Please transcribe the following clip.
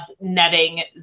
netting